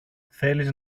θέλεις